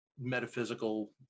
metaphysical